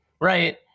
right